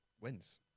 wins